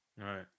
Right